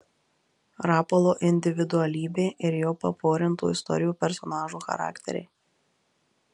rapolo individualybė ir jo paporintų istorijų personažų charakteriai